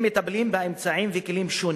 הם מטפלים באמצעים וכלים שונים,